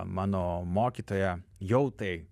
mano mokytoja jau tai